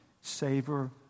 savor